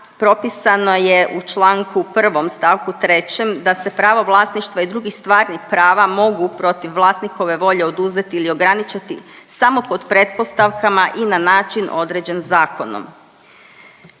propisano je u čl. 1. st. 3. da se pravo vlasništva i drugih stvarnih prava mogu protiv vlasnikove volje oduzeti ili ograničiti samo pod pretpostavkama i na način određen zakonom.